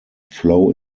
flow